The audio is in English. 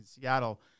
Seattle